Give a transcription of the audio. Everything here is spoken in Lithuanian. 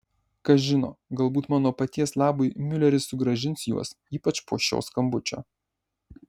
kas žino galbūt mano paties labui miuleris sugrąžins juos ypač po šio skambučio